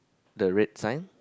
the red sign